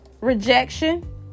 rejection